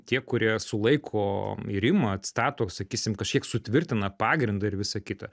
tie kurie sulaiko irimą atstato sakysim kažkiek sutvirtina pagrindą ir visą kitą